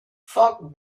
foc